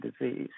disease